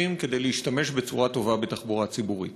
כדי להשתמש בצורה טובה בתחבורה ציבורית.